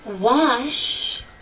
wash